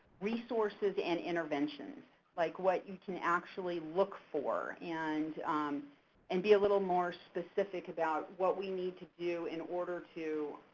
resources, and interventions, like what you can actually look for and um and be a little more specific about what we need to do in order to